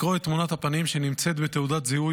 לקרוא את תמונת הפנים שנמצאת בתעודת זיהוי